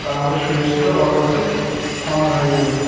তাহলে সুইচটা automatic on হয়ে যাবে